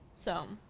so,